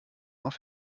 auf